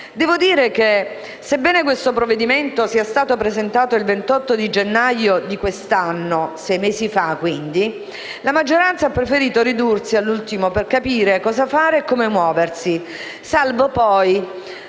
Devo dire che, sebbene questo provvedimento sia stato presentato il 28 gennaio di quest'anno, sei mesi fa, la maggioranza ha preferito ridursi all'ultimo per capire cosa fare e come muoversi, salvo poi